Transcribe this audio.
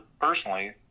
personally